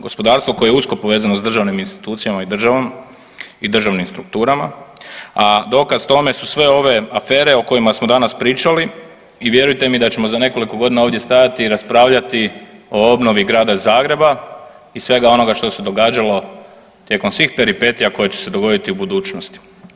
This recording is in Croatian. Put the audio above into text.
Gospodarstvo koje je usko povezano s državnim institucijama i državom i državnim strukturama, a dokaz tome su sve ove afere o kojima smo danas pričali i vjerujte mi da ćemo za nekoliko godina ovdje stajati i raspravljati o obnovi Grada Zagreba i svega onoga što se događalo tijekom svih peripetija koje će se dogoditi u budućnosti.